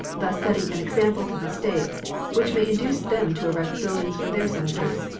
thus setting an example to the states which may induce them to erect buildings for their senators.